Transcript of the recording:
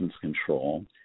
control